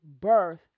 birth